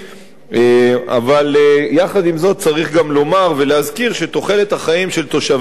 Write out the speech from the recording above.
אבל יחד עם זאת צריך גם לומר ולהזכיר שתוחלת החיים של תושבים ערבים